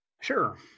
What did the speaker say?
Sure